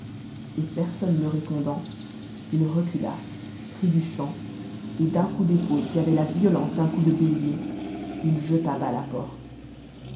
et personne ne répondant il recula prit du champ et d'un coup d'épaule qui avait la violence d'un coup de bélier il jeta bas la porte